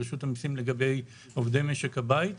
ברשות המיסים לגבי עובדי משק הבית.